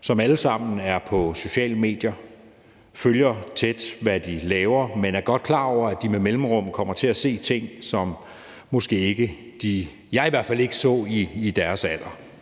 som alle sammen er på sociale medier, og jeg følger tæt, hvad de laver, men er godt klar over, at de med mellemrum kommer til at se ting, som jeg i hvert fald ikke så i deres alder.